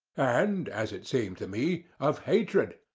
and as it seemed to me, of hatred,